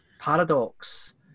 paradox